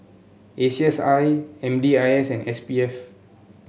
A C S I M D I S and S P F